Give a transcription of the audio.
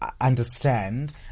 understand